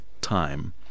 time